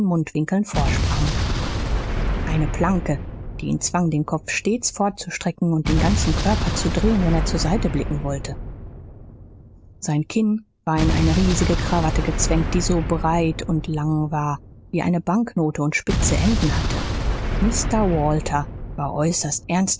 mundwinkeln vorsprangen eine planke die ihn zwang den kopf stets vorzustrecken und den ganzen körper zu drehen wenn er zur seite blicken wollte sein kinn war in eine riesige krawatte gezwängt die so breit und lang war wie eine banknote und spitze enden hatte mr walter war äußerst